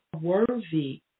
worthy